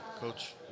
Coach